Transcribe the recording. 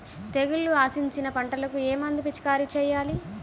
తెగుళ్లు ఆశించిన పంటలకు ఏ మందు పిచికారీ చేయాలి?